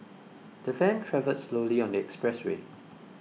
the van travelled slowly on the expressway